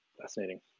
Fascinating